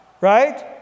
right